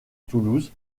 toulouse